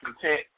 content